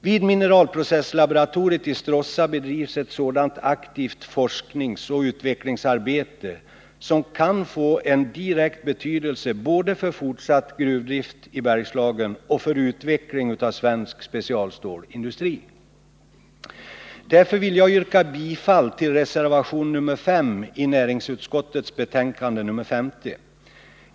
Vid mineralprocesslaboratoriet i Stråssa bedrivs ett sådant aktivt forskningsoch utvecklingsarbete som kan få en direkt betydelse både för fortsatt gruvdrift i Bergslagen och för utveckling av svensk specia stälsindu: Mot denna bakgrund vill jag yrka bifall till reservation 5 i närings tskottets betänkande nr 50.